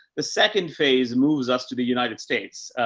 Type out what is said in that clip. the second phase moves us to the united states.